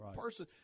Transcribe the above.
person